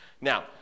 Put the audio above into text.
Now